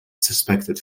suspected